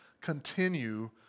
continue